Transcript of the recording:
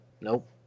Nope